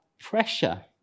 pressure